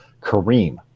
Kareem